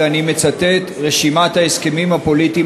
ואני מצטט: רשימת ההסכמים הפוליטיים